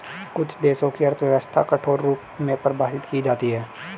कुछ देशों की अर्थव्यवस्था कठोर रूप में परिभाषित की जाती हैं